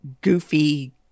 goofy